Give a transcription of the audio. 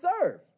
serve